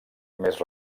més